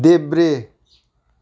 देब्रे